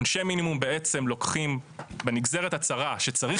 עונשי מינימום לוקחים בנגזרת הצרה שצריך